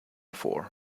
for